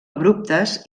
abruptes